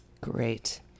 Great